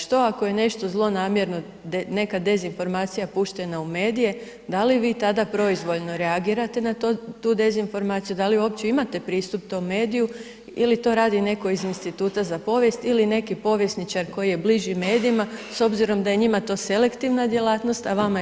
Što ako je nešto zlonamjerno, neka dezinformacija puštena u medije da li vi tada proizvoljno reagirate na tu dezinformaciju, da li uopće imate pristup tom mediju ili to radi netko iz Instituta za povijest ili neki povjesničar koji je bliži medijima s obzirom da je njima to selektivna djelatnost a vama je primarna?